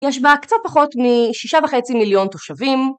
יש בה קצת פחות משישה וחצי מיליון תושבים